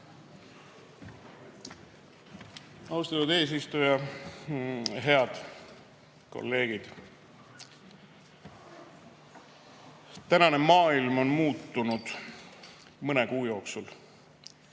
Austatud eesistuja! Head kolleegid! Tänane maailm on muutunud mõne kuu jooksul.